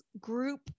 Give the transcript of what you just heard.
group